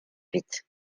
huit